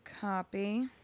copy